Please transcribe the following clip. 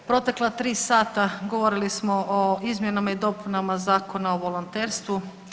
Protekla 3 sata govorili smo o izmjenama i dopunama Zakona o volonterstvu.